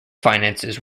finances